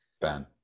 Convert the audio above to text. Ben